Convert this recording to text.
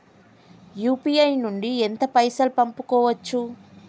UPI నుండి ఎంత పైసల్ పంపుకోవచ్చు?